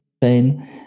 pain